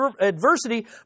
adversity